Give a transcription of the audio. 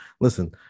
listen